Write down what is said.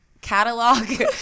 catalog